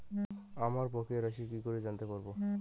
আমার বকেয়া রাশি কি করে জানতে পারবো?